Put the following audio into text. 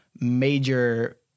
major